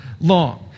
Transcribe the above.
long